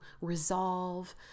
resolve